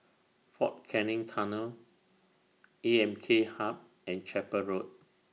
Fort Canning Tunnel A M K Hub and Chapel Road